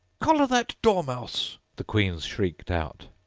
collar that dormouse the queen shrieked out.